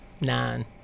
nine